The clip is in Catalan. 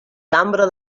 cambra